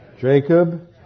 Jacob